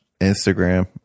Instagram